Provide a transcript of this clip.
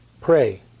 pray